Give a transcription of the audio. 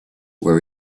were